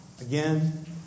Again